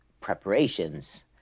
preparations